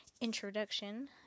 introduction